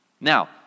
Now